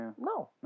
No